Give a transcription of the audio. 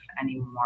anymore